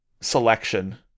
selection